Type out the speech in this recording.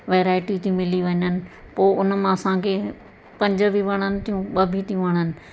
variety थी मिली वञनि पोइ उन मां असांखे पंज बि वणनि थियूं ॿ बि थियूं वणनि